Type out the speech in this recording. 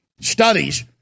studies